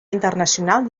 internacional